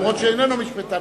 אף-על-פי שאיננו משפטן.